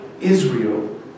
Israel